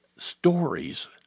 stories